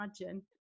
imagine